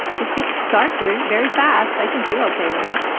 it gets dark very very fast. i think you're ok with it.